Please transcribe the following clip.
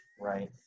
right